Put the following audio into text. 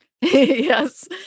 Yes